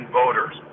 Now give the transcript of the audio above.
voters